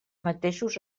mateixos